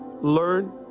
learn